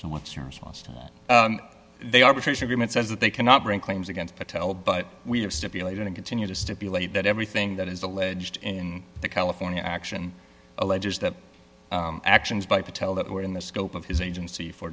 that they arbitration agreement says that they cannot bring claims against patel but we have stipulated and continue to stipulate that everything that is alleged in the california action alleges that actions by patel that were in the scope of his agency for